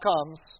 comes